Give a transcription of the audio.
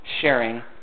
sharing